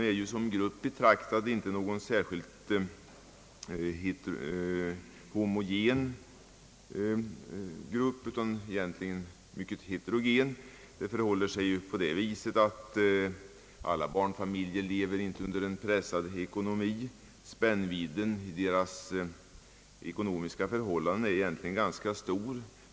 Denna grupp är inte särskilt homogen. Inte alla barnfamiljer lever under en pressad ekonomi. Spännvidden i deras ekonomiska förhållanden är ganska stor.